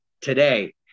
today